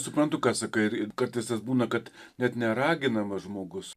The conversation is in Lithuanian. suprantu ką sakai kartais tas būna kad net neraginamas žmogus